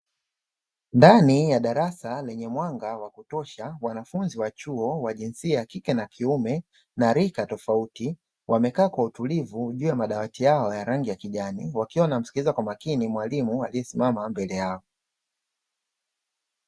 Ndani ya darasa lenye mwanga wa kutosha, wanafunzi wa chuo wa jinsia ya kike na kiume na rika tofauti, wamekaa kwa utulivu juu ya madawati yao ya rangi ya kijani, wakiwa wanamsikiliza kwa makini mwalimu aliyesimama mbele yao.